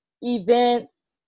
events